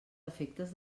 efectes